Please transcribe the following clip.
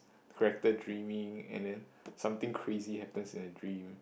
character dreaming and then something crazy happens in the dream